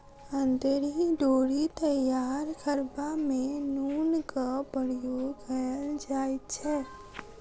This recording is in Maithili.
अंतरी डोरी तैयार करबा मे नूनक प्रयोग कयल जाइत छै